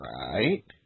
right